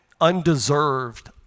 undeserved